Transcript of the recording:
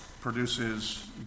produces